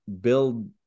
build